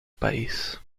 país